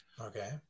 Okay